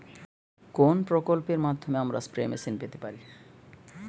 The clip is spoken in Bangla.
কোন প্রকল্পের মাধ্যমে আমরা স্প্রে মেশিন পেতে পারি?